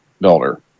builder